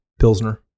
Pilsner